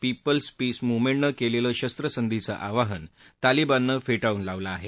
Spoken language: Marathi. पिपल्स पीस मुव्हमेंटनं केलेलं शस्त्रसंधीचं आवाहन तालिबानं फेटाळून लावलं आहे